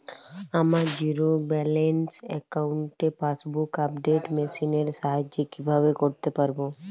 আমার zero balance অ্যাকাউন্টে passbook update machine এর সাহায্যে কীভাবে করতে পারব?